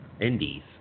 Indies